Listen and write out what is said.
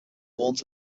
warns